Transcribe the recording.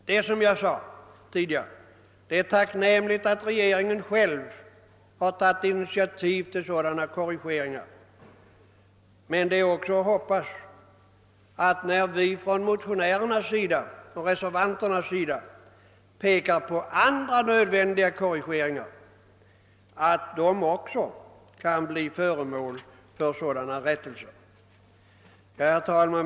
Det är, som jag sade tidigare, tacknämligt att regeringen själv har tagit initiativ till dessa korrigeringar, men det är också att hoppas att när vi motionärer och reservanter pekar på andra nödvändiga korrigeringar även dessa kan bli föremål för rättelse. Herr talman!